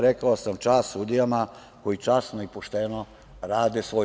Rekao sam, čast sudijama koji časno i pošteno rade svoj.